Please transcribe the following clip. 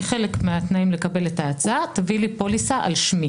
כחלק מהתנאים לקבל את ההצעה: תביא לי פוליסה על שמי.